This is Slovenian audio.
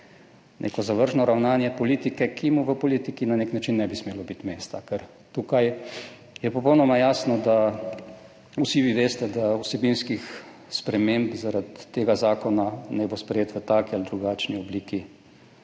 neko zavržno ravnanje politike, ki v politiki na nek način ne bi smelo imeti mesta. Ker tukaj je popolnoma jasno, vsi vi veste, da vsebinskih sprememb zaradi tega zakona, naj bo sprejet v taki ali drugačni obliki,